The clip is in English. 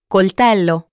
Coltello